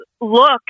look